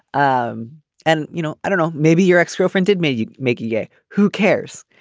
um and you know i don't know. maybe your ex-girlfriend did maybe make you gay. who cares.